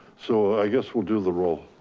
so i guess we'll do the roll.